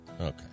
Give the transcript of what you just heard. Okay